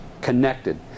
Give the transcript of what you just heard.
connected